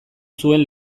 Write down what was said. zuen